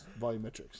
volumetrics